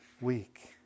week